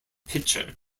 pitcher